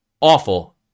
awful